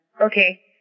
Okay